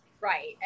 Right